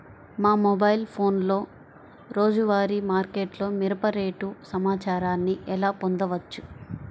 మా మొబైల్ ఫోన్లలో రోజువారీ మార్కెట్లో మిరప రేటు సమాచారాన్ని ఎలా పొందవచ్చు?